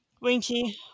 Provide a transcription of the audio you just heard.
Winky